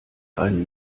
einen